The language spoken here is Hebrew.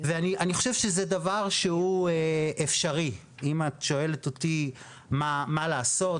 אני חושב שזה דבר שהוא אפשרי אם את שואלת אותי מה לעשות.